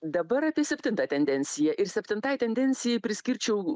dabar apie septintą tendenciją ir septintai tendencijai priskirčiau